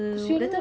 kesiannya